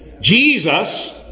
Jesus